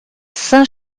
saint